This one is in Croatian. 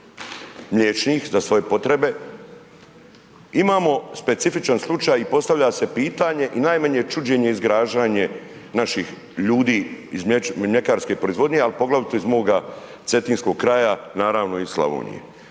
mliječnih, za svoje potrebe, imamo specifičan slučaj i postavlja se pitanje i najmanje čuđenje i zgražanje naših ljudi iz mljekarske proizvodnje, a poglavito iz moga Cetinskog kraja, naravno i iz Slavonije.